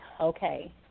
okay